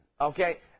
Okay